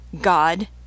God